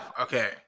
Okay